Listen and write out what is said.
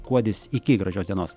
kuodis iki gražios dienos